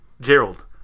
Gerald